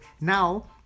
now